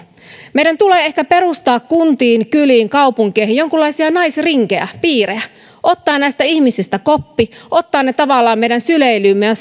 meidän tulee ehkä perustaa kuntiin kyliin kaupunkeihin jonkunlaisia naisrinkejä piirejä ottaa näistä ihmistä koppi ottaa heidät tavallaan meidän syleilyymme ja